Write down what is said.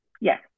Yes